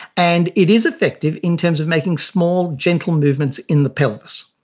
and it is effective in terms of making small, gentle movements in the pelvis.